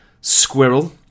squirrel